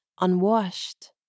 unwashed